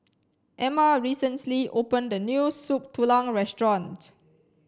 Ama recently opened a new Soup Tulang Restaurant